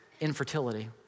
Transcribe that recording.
infertility